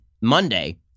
Monday